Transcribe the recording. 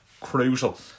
crucial